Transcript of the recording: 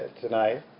tonight